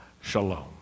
shalom